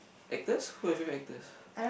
actors who are your favourite actors